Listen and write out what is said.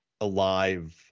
alive